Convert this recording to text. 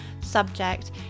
subject